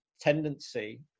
tendency